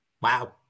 Wow